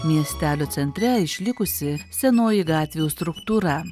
miestelio centre išlikusi senoji gatvių struktūra